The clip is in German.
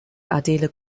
adele